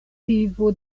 vivo